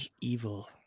evil